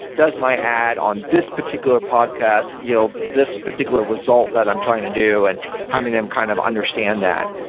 does my ad on this particular podcast yield this particular result that i'm trying to do? and having them kind of understand that,